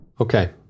Okay